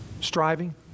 Striving